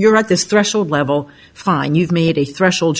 you're right this threshold level fine you've made a threshold